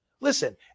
Listen